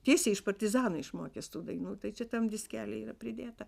tiesiai iš partizanų išmokęs tų dainų tai čia tam diskely yra pridėta